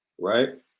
right